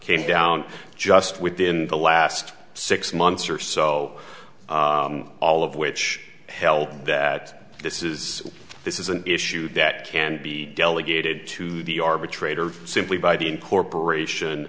came down just within the last six months or so all of which held that this is this is an issue that can be delegated to the arbitrator simply by the incorporation